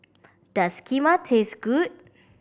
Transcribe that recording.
does Kheema taste good